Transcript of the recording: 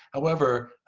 however,